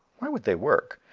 why should they work,